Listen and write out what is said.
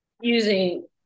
using